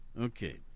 Okay